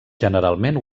generalment